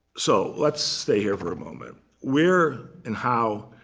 so let's stay here for a moment. where and how